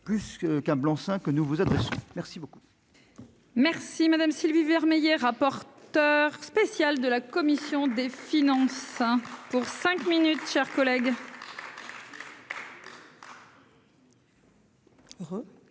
que qu'un blanc-seing que nous vous êtes merci beaucoup. Merci madame Sylvie Vermeillet, rapporteur spécial de la commission des finances pour cinq minutes chers collègues.